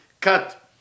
cut